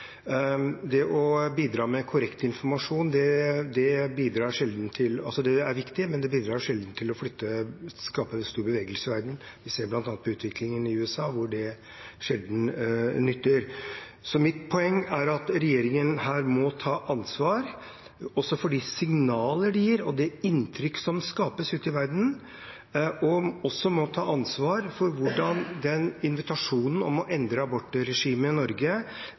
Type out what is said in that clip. Det å bidra med korrekt informasjon er viktig, men det bidrar sjelden til å skape stor bevegelse i verden. Vi ser bl.a. utviklingen i USA, hvor det sjelden nytter. Mitt poeng er at regjeringen må ta ansvar også for de signaler det gir, og det inntrykk som skapes ute i verden, og man må også ta ansvar for hvordan invitasjonen om å endre abortregimet i Norge